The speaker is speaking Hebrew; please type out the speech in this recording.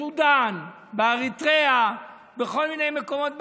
בסודאן, באריתריאה, בכל מיני מקומות בעולם,